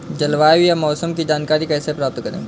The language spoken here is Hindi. जलवायु या मौसम की जानकारी कैसे प्राप्त करें?